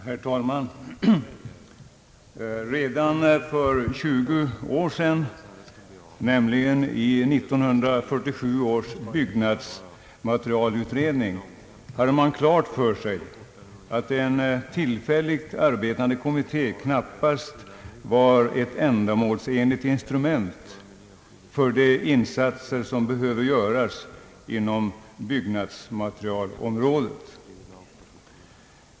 Herr talman! Redan för 20 år sedan, nämligen i 1947 års byggnadsmaterialutredning, hade man klart för sig att en tillfälligt arbetande kommitté knappast var ett ändamålsenligt instrument för de insatser som behöver göras inom byggnadsmaterialområdet.